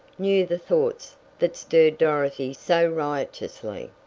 knew the thoughts that stirred dorothy so riotously.